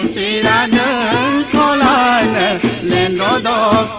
da da da da da